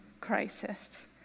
crisis